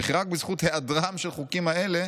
וכי רק בזכות היעדרם של החוקים האלה